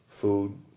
Food